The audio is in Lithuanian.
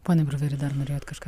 pone bruveri dar norėjot kažką